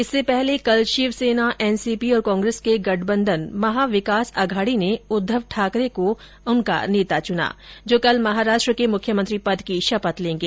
इससे पहले कल शिव सेना एनसीपी और कांग्रेस के गठबंधन महाविकास अघाड़ी ने उद्दव ठाकरे को उनका नेता चुना जो कल महाराष्ट्र के मुख्यमंत्री पद की शपथ लेगें